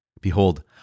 Behold